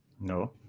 No